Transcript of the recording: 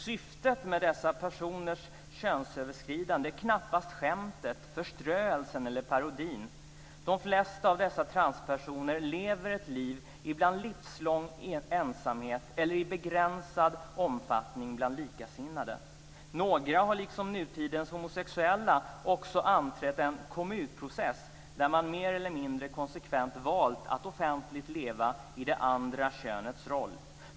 Syftet med dessa personers könsöverskridande är knappast skämtet, förströelsen eller parodin. De flesta av dessa transpersoner lever ett liv i livslång ensamhet eller i begränsad omfattning bland likasinnade. Några har liksom nutidens homosexuella anträtt en kom-ut-process, då de mer eller mindre konsekvent har valt att offentligt leva i det andra könets roll.